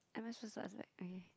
am I supposed to ask like okay